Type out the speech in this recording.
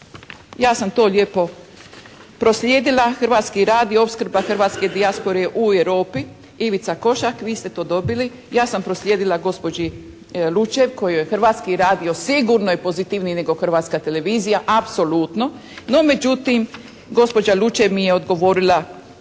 Ja sam to lijepo proslijedila, Hrvatski radio, opskrba hrvatske dijaspore u Europi, Ivica Košak, vi ste to dobili. Ja sam proslijedila gospođi Lučev kojoj, Hrvatski radio sigurno je pozitivniji nego Hrvatska televizija apsolutno. No međutim gospođa Lučev mi je odgovorila